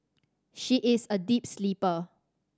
she is a deep sleeper